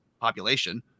population